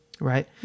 Right